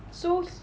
so